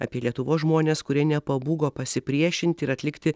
apie lietuvos žmones kurie nepabūgo pasipriešinti ir atlikti